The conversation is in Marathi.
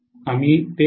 आम्ही नाही